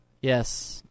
Yes